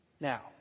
Now